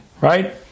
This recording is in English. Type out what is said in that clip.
right